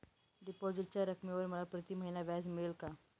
डिपॉझिटच्या रकमेवर मला प्रतिमहिना व्याज मिळेल का?